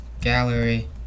Gallery